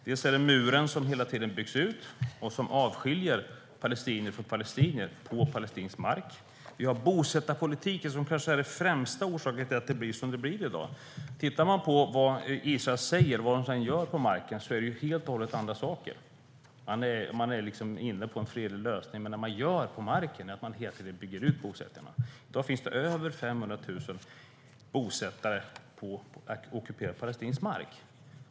Det är muren som hela tiden byggs ut och som avskiljer palestinier från palestinier på palestinsk mark. Vi har bosättarpolitiken, som kanske är den främsta orsaken till att det blir som det blir i dag. Tittar man på vad Israel säger och vad de sedan gör på marken är det hållet och hållet andra saker. De är inne på en fredlig lösning, men vad de gör på marken är att de hela tiden bygger ut bosättningarna. I dag finns det över 500 000 bosättare på ockuperad palestinsk mark.